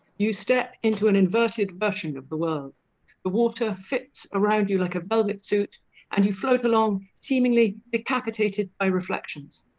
you step into an inverted version of the world the water fits around you like a velvet suit and you float along seemingly decapitated by reflections